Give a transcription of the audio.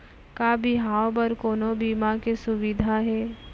का बिहाव बर कोनो बीमा के सुविधा हे?